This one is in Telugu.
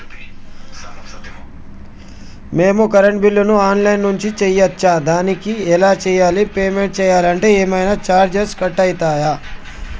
మేము కరెంటు బిల్లును ఆన్ లైన్ నుంచి చేయచ్చా? దానికి ఎలా చేయాలి? పేమెంట్ చేయాలంటే ఏమైనా చార్జెస్ కట్ అయితయా?